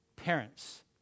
Parents